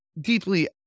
Deeply